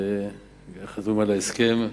חתום על ההסכם.